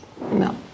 no